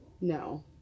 no